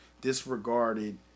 disregarded